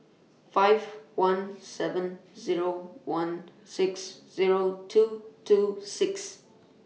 five one seven Zero one six Zero two two six